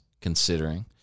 considering